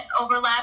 overlap